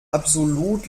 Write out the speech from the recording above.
absolut